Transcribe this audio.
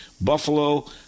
Buffalo